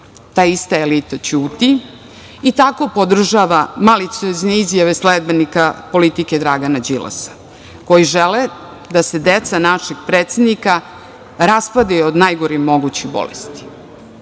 Ta ista elita ćuti i tako podržava maliciozne izjave sledbenika politike Dragana Đilasa, koji žele da se deca našeg predsednika raspadaju od najgorih mogućih bolesti.